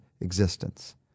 existence